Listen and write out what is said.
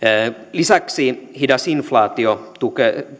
lisäksi hidas inflaatio tukee